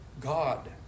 God